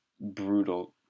brutal